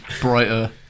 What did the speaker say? brighter